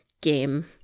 game